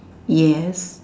yes